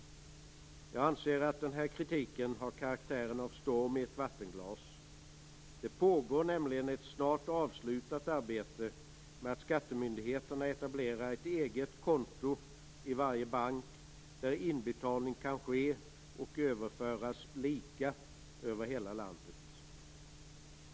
Jag anser att kritiken har karaktären av en storm i ett vattenglas. Det pågår nämligen ett snart avslutat arbete med att skattemyndigheterna etablerar ett eget konto i varje bank, där inbetalning kan ske och överföras lika över hela landet.